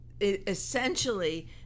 essentially